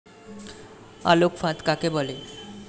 আলোক ফাঁদ কাকে বলে?